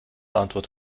antwort